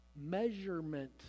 measurement